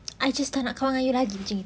I just tak nak kawan dengan you lagi